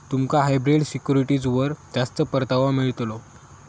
तुमका हायब्रिड सिक्युरिटीजवर जास्त परतावो मिळतलो